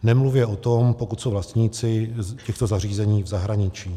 Nemluvě o tom, pokud jsou vlastníci těchto zařízení v zahraničí.